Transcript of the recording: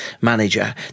manager